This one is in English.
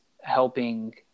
helping